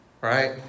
Right